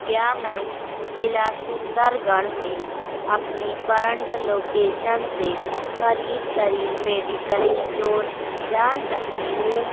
کیا میں ضلع سندر گڑھ میں اپنی کرنٹ لوکیشن سے قریب ترین میڈیکل اسٹور جان سکتی ہوں